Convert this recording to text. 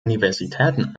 universitäten